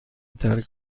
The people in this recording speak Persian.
ترک